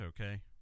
Okay